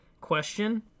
question